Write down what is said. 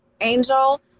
Angel